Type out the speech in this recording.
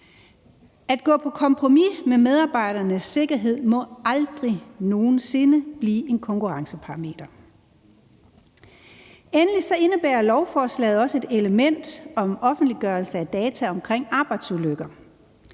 At gå på kompromis med medarbejdernes sikkerhed må aldrig nogen sinde blive et konkurrenceparameter. Endelig indebærer lovforslaget også et element om offentliggørelse af data om arbejdsulykker.